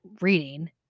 reading